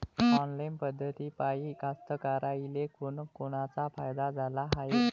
Online पद्धतीपायी कास्तकाराइले कोनकोनचा फायदा झाला हाये?